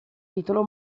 titolo